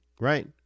Right